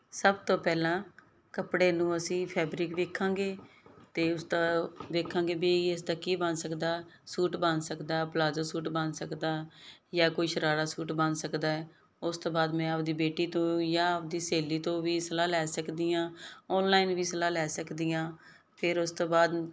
ਸਭ ਤੋਂ ਪਹਿਲਾਂ ਕੱਪੜੇ ਨੂੰ ਅਸੀਂ ਫੈਬਰਿਕ ਵੇਖਾਂਗੇ ਤੇ ਉਸਦਾ ਦੇਖਾਂਗੇ ਵੀ ਇਸਦਾ ਕੀ ਬਣ ਸਕਦਾ ਸੂਟ ਬਣ ਸਕਦਾ ਪਲਾਜੋ ਸੂਟ ਬਣ ਸਕਦਾ ਜਾਂ ਕੋਈ ਸ਼ਰਾਰਾ ਸੂਟ ਬਣ ਸਕਦਾ ਐ ਉਸ ਤੋਂ ਬਾਅਦ ਮੈਂ ਆਪਦੀ ਬੇਟੀ ਤੋਂ ਜਾਂ ਆਪਦੀ ਸਹੇਲੀ ਤੋਂ ਵੀ ਸਲਾਹ ਲੈ ਸਕਦੀ ਆਂ ਆਨਲਾਈਨ ਵੀ ਸਲਾਹ ਲੈ ਸਕਦੀ ਆਂ ਫਿਰ ਉਸ ਤੋਂ ਬਾਅਦ